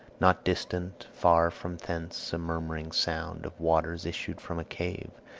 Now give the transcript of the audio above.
not distant far from thence a murmuring sound of waters issued from a cave,